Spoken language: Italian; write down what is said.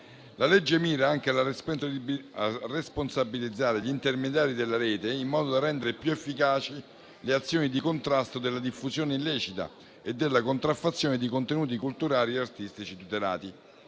La legge mira anche a responsabilizzare gli intermediari della rete in modo da rendere più efficaci le azioni di contrasto della diffusione illecita e della contraffazione di contenuti culturali e artistici tutelati.